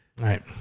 Right